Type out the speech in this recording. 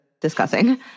discussing